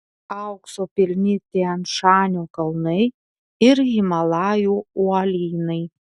aukso pilni tian šanio kalnai ir himalajų uolynai